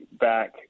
back